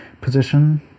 position